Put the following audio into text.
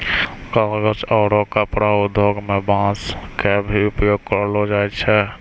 कागज आरो कपड़ा उद्योग मं भी बांस के उपयोग करलो जाय छै